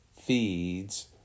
feeds